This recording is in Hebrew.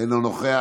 אינו נוכח,